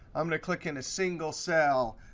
i'm going to click in a single cell,